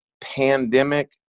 pandemic